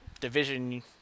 division